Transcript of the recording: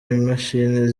imashini